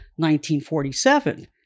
1947